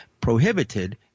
prohibited